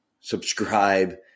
subscribe